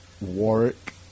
Warwick